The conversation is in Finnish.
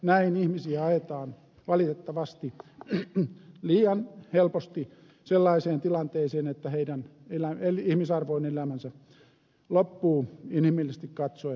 näin ihmisiä ajetaan valitettavasti liian helposti sellaiseen tilanteeseen että heidän ihmisarvoinen elämänsä loppuu inhimillisesti katsoen kesken